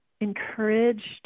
encouraged